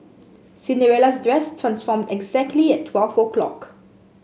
Cinderella's dress transformed exactly at twelve o'clock